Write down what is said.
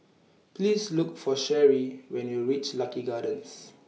Please Look For Cherri when YOU REACH Lucky Gardens